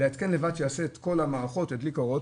התקן לבד שיעשה את כל המערכות וידליק אורות